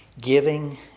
Giving